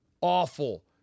Awful